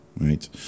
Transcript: Right